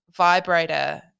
vibrator